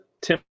Tim